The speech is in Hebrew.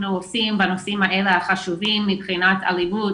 עושים בנושאים האלה החשובים מבחינת אלימות,